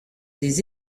des